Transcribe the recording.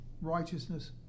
righteousness